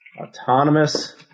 Autonomous